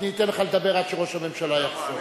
אני אתן לך לדבר עד שראש הממשלה יחזור,